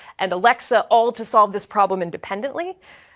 and alexa all to solve this problem independently?